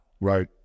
right